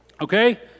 Okay